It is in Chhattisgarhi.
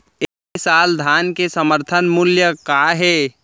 ए साल धान के समर्थन मूल्य का हे?